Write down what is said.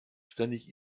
ständig